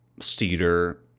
cedar